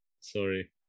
Sorry